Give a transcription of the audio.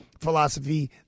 philosophy